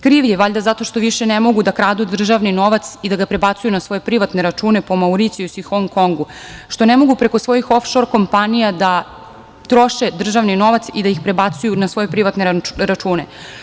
Kriv je valjda zato što više ne mogu da kradu državni novac i da ga prebacuju na svoje privatne račune po Mauricijusu i Hong Kongu, što ne mogu preko svojih ofšor kompanija da troše državni novac i da ih prebacuju na svoje privatne račune.